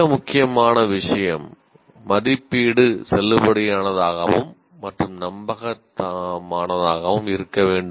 மிக முக்கியமான விஷயம் மதிப்பீடு செல்லுபடியானதாகவும் மற்றும் நம்பகமானதாகவும் இருக்க வேண்டும்